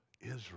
Israel